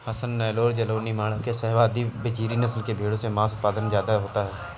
हसन, नैल्लोर, जालौनी, माण्ड्या, शाहवादी और बजीरी नस्ल की भेंड़ों से माँस उत्पादन ज्यादा होता है